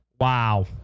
wow